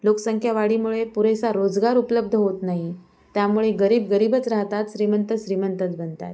लोकसंख्या वाढीमुळे पुरेसा रोजगार उपलब्ध होत नाही त्यामुळे गरीब गरीबच राहतात श्रीमंत श्रीमंतच बनत आहेत